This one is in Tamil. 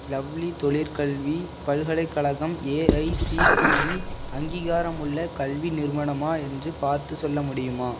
லவ்லி தொழிற்கல்வி பல்கலைக்கழகம் ஏஐசிடிஇ அங்கீகாரமுள்ள கல்வி நிறுவனமா என்று பார்த்துச் சொல்ல முடியுமா